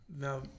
Now